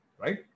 right